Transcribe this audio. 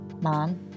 Mom